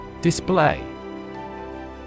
Display